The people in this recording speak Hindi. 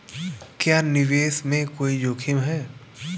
क्या निवेश में कोई जोखिम है?